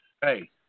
Hey